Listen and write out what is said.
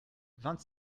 vingt